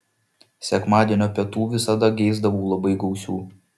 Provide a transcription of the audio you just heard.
sekmadienio pietų visada geisdavau labai gausių